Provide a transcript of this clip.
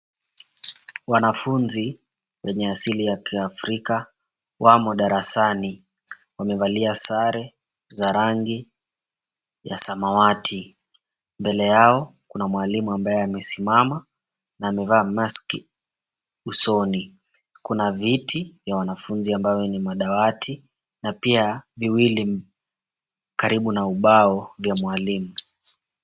Wanafunzi wenye asili ya kiafrika wamo darasani wamevalia sare za rangi ya samawati, mbele yao kuna mwalimu ambaye amesimama na amevaa maski usoni. Kuna viti vya wanafunzi ambayo ni madawati na pia viwili karibu na ubao vya mwalimu.